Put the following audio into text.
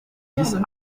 dix